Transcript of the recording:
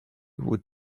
could